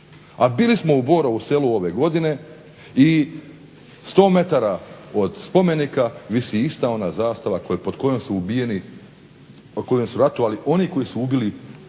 A bili smo u Borovu Selu ove godine i 100m od spomenika visi ona ista zastava pod kojom su ratovali oni koji su ubili